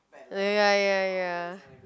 ya ya ya